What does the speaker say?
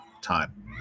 time